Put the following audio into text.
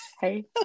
Hey